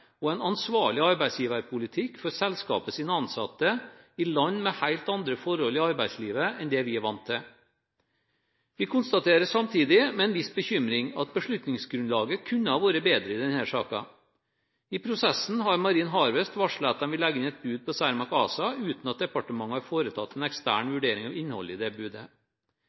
og en ansvarlig arbeidsgiverpolitikk for selskapets ansatte i land med helt andre forhold i arbeidslivet enn det vi er vant med. Vi konstaterer samtidig med en viss bekymring at beslutningsgrunnlaget kunne ha vært bedre i denne saken. I prosessen har Marine Harvest varslet at de vil legge inn et bud på Cermaq ASA, uten at departementet har foretatt en ekstern vurdering av innholdet i budet.